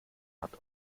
hat